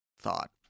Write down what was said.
thought